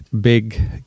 big